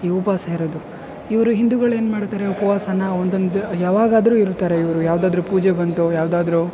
ಈ ಉಪಾಸ ಇರೋದು ಇವರು ಹಿಂದೂಗಳು ಏನು ಮಾಡ್ತಾರೆ ಉಪವಾಸನ ಒಂದೊಂದು ಯಾವಾಗಾದರೂ ಇರ್ತಾರೆ ಇವರು ಯಾವುದಾದ್ರು ಪೂಜೆ ಬಂದು ಯಾವುದಾದ್ರು